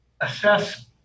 assess